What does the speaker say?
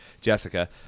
Jessica